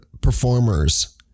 performers